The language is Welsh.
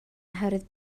oherwydd